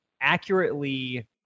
accurately